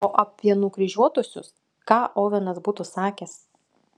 o apie nukryžiuotuosius ką ovenas būtų sakęs